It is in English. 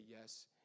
yes